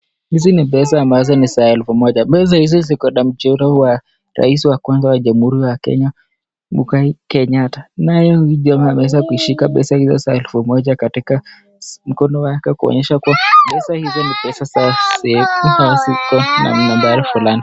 Hizi ni pesa ya elfu moja. Pesa hizi ziko na mchoro wa rais wa kwanza wa Jamuhuri ya Kenya Mungai Kenyatta. Naye mtu huyu ameweza kushika pesa hizo za elfu moja katika mkono wake Kuonyesha kuwa pesa hizo na madai fulani.